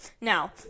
now